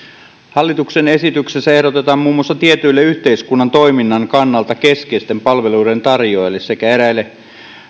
hallituksen esityksessä ehdotetaan muun muassa tietyille yhteiskunnan toiminnan kannalta keskeisten palveluiden tarjoajille sekä eräille